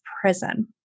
prison